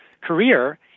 career